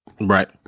right